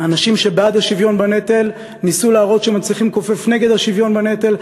האנשים שבעד השוויון בנטל ניסו להראות שמצליחים לכופף נגד השוויון בנטל,